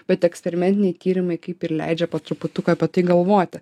bet eksperimentiniai tyrimai kaip ir leidžia po truputuką apie tai galvoti